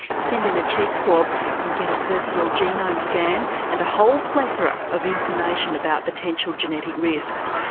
send in a cheek swab and get a personal genome scan and a whole plethora of information about potential genetic risks.